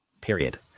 Period